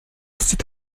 cette